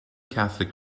catholic